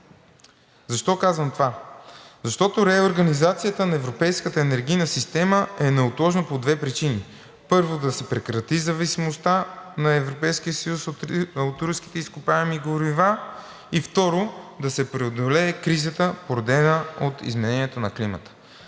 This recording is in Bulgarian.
Защо казвам това? Защото реорганизацията на европейската енергийна система е неотложна по две причини. Първо, да се прекрати зависимостта на Европейския съюз от руските изкопаеми горива. И второ, да се преодолее кризата, породена от изменението на климата.